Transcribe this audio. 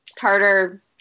Carter